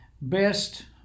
best